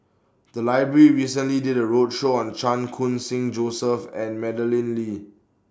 The Library recently did A roadshow on Chan Khun Sing Joseph and Madeleine Lee